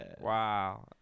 wow